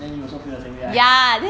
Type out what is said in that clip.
then you also feel the same way right